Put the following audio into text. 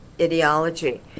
ideology